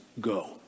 go